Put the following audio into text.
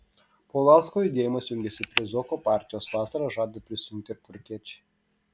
paulausko judėjimas jungiasi prie zuoko partijos vasarą žada prisijungti ir tvarkiečiai